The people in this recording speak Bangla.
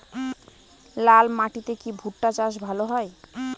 লাল মাটিতে কি ভুট্টা চাষ ভালো হয়?